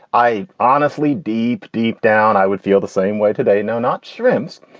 i honestly deep, deep down, i would feel the same way today. no, not shrimp.